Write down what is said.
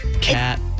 Cat